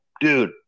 dude